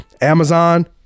Amazon